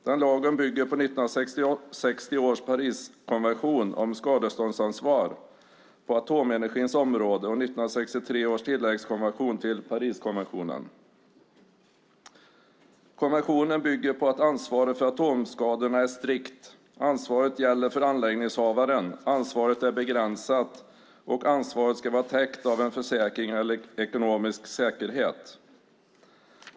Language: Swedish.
Denna lag bygger på 1960 års Pariskonvention om skadeståndsansvar på atomenergins område och 1963 års tilläggskonvention till Pariskonventionen. Konventionen bygger på att ansvaret för atomskador är strikt, att ansvaret är anläggningshavarens, att ansvaret är begränsat och att ansvaret ska vara täckt av en försäkring eller ekonomisk säkerhet.